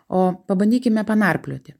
o pabandykime panarplioti